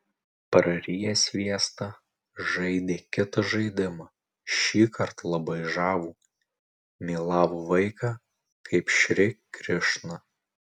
prariję sviestą žaidė kitą žaidimą šįkart labai žavų mylavo vaiką kaip šri krišną